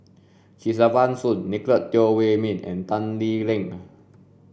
Kesavan Soon Nicolette Teo Wei min and Tan Lee Leng